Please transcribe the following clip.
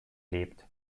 lebt